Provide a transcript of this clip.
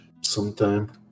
sometime